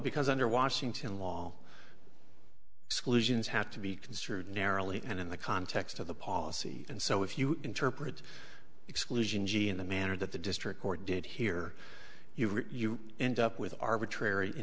because under washington law exclusions have to be considered narrowly and in the context of the policy and so if you interpret exclusion gee in the manner that the district court did here you are you end up with arbitrary i